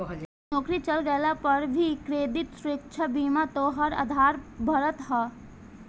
नोकरी चल गइला पअ भी क्रेडिट सुरक्षा बीमा तोहार उधार भरत हअ